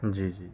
جی جی